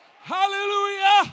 Hallelujah